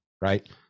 right